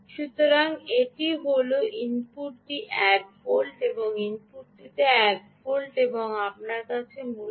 সুতরাং এটি হল ইনপুটটিতে 1 ভোল্ট এবং ইনপুটটিতে 1 ভোল্ট এবং আপনার কাছে মূলত